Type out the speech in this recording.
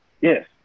Yes